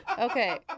Okay